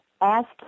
ask